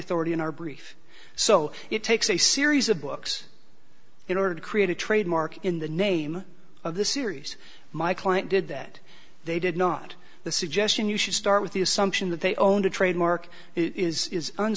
authority in our brief so it takes a series of books in order to create a trademark in the name of the series my client did that they did not the suggestion you should start with the assumption that they owned a trademark i